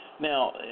Now